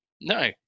No